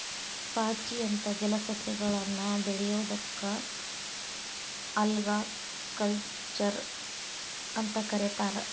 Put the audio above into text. ಪಾಚಿ ಅಂತ ಜಲಸಸ್ಯಗಳನ್ನ ಬೆಳಿಯೋದಕ್ಕ ಆಲ್ಗಾಕಲ್ಚರ್ ಅಂತ ಕರೇತಾರ